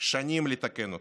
שנים לתקן אותו,